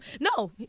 No